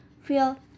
feel